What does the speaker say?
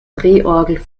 drehorgel